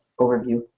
overview